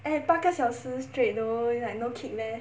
and 八个小时 straight though is like no kick leh